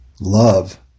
Love